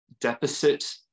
deficit